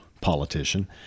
politician